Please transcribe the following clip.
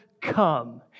come